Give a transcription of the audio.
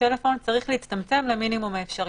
בטלפון צריך להצטמצם למינימום האפשרי.